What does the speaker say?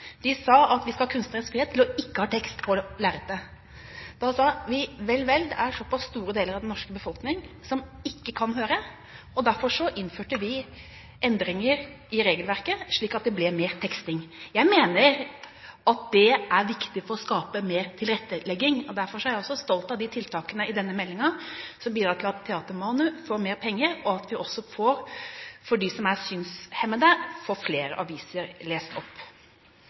sa: Vi skal ha kunstnerisk frihet til ikke å ha tekst på lerretet. Da sa vi: Vel, vel, det er store deler av den norske befolkning som ikke kan høre. Derfor innførte vi endringer i regelverket, slik at det ble mer teksting. Jeg mener det er viktig for å skape mer tilrettelegging. Derfor er jeg også stolt av de tiltakene i denne meldingen som bidrar til at Teater Manu får mer penger, og at vi får flere aviser lest opp for dem som er synshemmede.